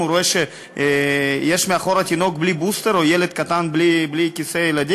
יש כאלה שלא נעים להם ויש כאלה שפשוט לא מסוגלים להגיד.